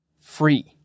Free